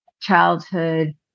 childhood